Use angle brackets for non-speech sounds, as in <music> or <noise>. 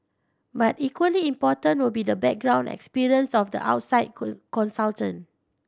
but equally important will be the background experience of the outside <unintelligible> consultant